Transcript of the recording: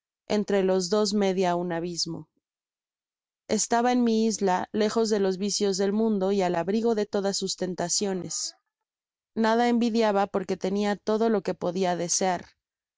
entre los dos media un abismo estaba en mi isla lejos de los vicios del mundo y al abrigo de todas sus tentaciones nada envidiaba porque tenia todo lo que podia desear